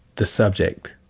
the subject.